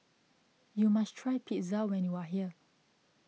you must try Pizza when you are here